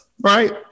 right